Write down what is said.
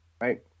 right